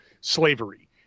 slavery